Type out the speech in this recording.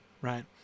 right